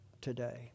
today